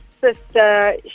sister